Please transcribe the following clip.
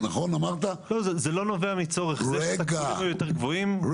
זה לא נובע מצורך, זה שאתה כאילו --- רגע.